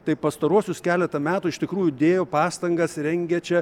tai pastaruosius keletą metų iš tikrųjų dėjo pastangas rengė čia